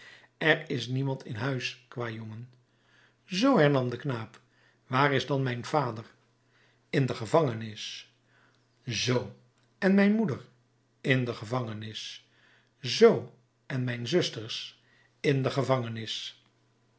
er is niemand in huis kwâjongen zoo hernam de knaap waar is dan mijn vader in de gevangenis zoo en mijn moeder in de gevangenis zoo en mijn zusters in de gevangenis